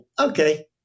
okay